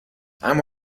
اما